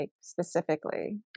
specifically